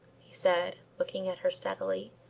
he said looking at her steadily,